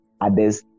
others